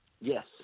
Yes